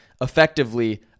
effectively